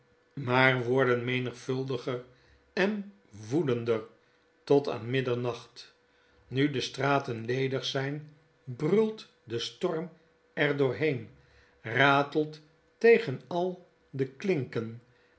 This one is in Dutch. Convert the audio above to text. maar worden menigvuldiger en woedender tot aan middernacht nu de straten ledig zfln bruit de storm er doorheen ratelt tegen al de klinken